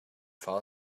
fall